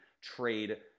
trade